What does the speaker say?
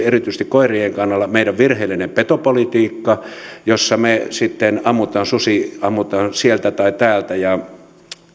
erityisesti koirien kannalta meidän virheellinen petopolitiikka jossa sitten ammutaan susi ammutaan sieltä tai täältä ja